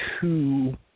two